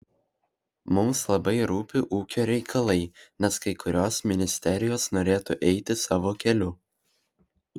mums labai rūpi ūkio reikalai nes kai kurios ministerijos norėtų eiti savo keliu